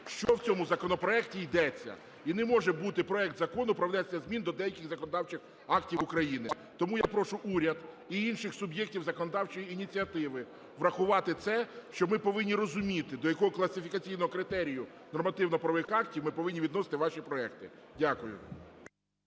що в цьому законопроекті йдеться. І не може бути: проект Закону про внесення змін до деяких законодавчих актів України. Тому я прошу уряд і інших суб'єктів законодавчої ініціативи врахувати це, що ми повинні розуміти, до якого класифікаційного критерію нормативно-правових актів ми повинні відносити ваші проекти. Дякую.